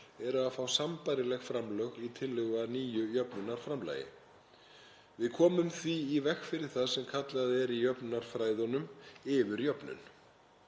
eru að fá sambærileg framlög í tillögu að nýju jöfnunarframlagi. Við komum því í veg fyrir það sem kallað er í jöfnunarfræðunum yfirjöfnun.